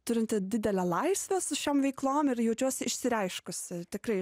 turinti didelę laisvę su šiom veiklom ir jaučiuosi išsireiškusi tikrai